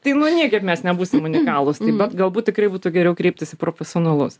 tai nu niekaip mes nebūsim unikalūs bet galbūt tikrai būtų geriau kreiptis į profesionalus